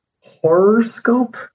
horoscope